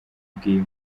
bwiwe